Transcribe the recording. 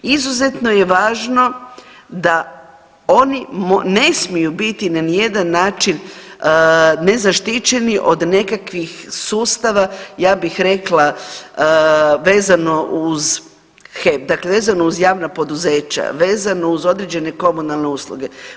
Izuzetno je važno da oni ne smiju biti ni na jedan način nezaštićeni od nekakvih sustava, ja bih rekla vezano uz HEP, dakle vezano uz javna poduzeća, vezano uz određene komunalne usluge.